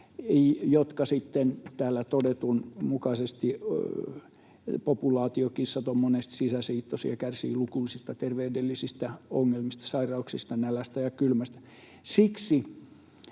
jotka sitten täällä todetun mukaisesti ovat monesti sisäsiittoisia, kärsivät lukuisista terveydellisistä ongelmista, sairauksista, nälästä ja kylmästä.